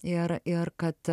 ir ir kad